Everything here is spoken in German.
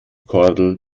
kordel